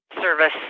service